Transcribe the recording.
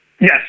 Yes